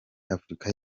afurika